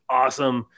awesome